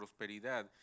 prosperidad